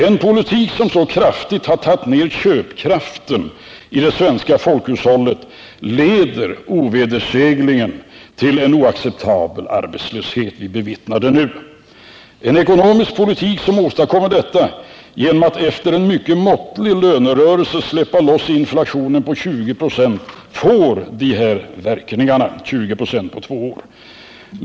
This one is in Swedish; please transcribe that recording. En politik som så kraftigt har minskat köpkraften i det svenska folkhushållet leder ovedersägligen till en oacceptabel arbetslöshet; vi bevittnar det nu. En ekonomisk politik som efter en mycket måttlig lönerörelse släppt loss en inflation på 20 26 på två år får dessa verkningar.